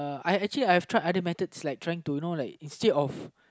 I actually I have tried other methods like trying to you know like instead of